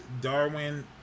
Darwin